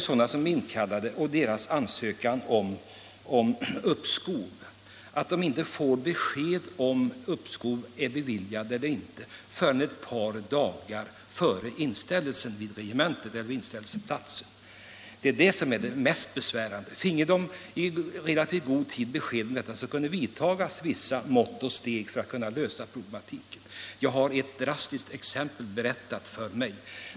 Sådana som inkallas och lägger in ansökan om uppskov får inte besked huruvida uppskovet är beviljat eller inte förrän ett par dagar innan de skall inställa sig. Detta är det mest besvärande. Finge de besked i relativt god tid kunde vissa mått och steg vidtas för att lösa problematiken. Jag har ett drastiskt exempel som har berättats för mig.